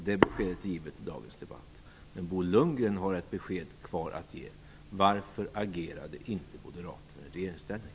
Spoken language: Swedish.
Det beskedet är givet i dagens debatt. Men för Bo Lundgren återstår fortfarande att ge ett besked: Varför agerade inte Moderaterna i regeringsställning?